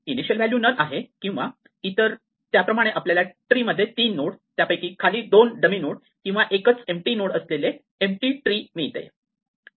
initial value none आहे किंवा इतर त्याप्रमाणे आपल्याला ट्री मध्ये तीन नोड त्यापैकी खाली 2 डमी नोड किंवा एकच एम्पटी नोड असलेले एम्पटी ट्री मिळते